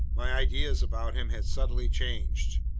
my ideas about him had subtly changed.